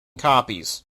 copies